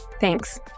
Thanks